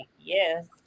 yes